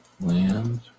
land